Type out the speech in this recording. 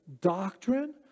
doctrine